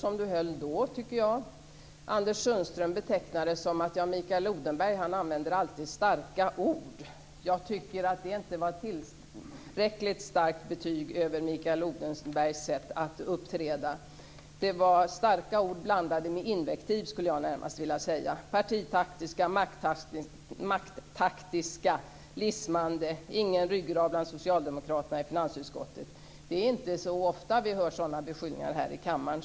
Anders Sundström betecknade det som att Mikael Odenberg alltid använder starka ord. Jag tycker inte att det var ett tillräckligt starkt betyg över Mikael Odenbergs sätt att uppträda. Det var starka ord blandade med invektiv, skulle jag närmast vilja säga. Partitaktiska, makttaktiska, lismande, ingen ryggrad bland socialdemokraterna i finansutskottet - det är inte så ofta vi hör sådana beskyllningar här i kammaren.